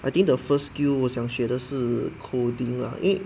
I think the first skill 我想学的是 coding lah 因为